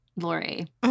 Lori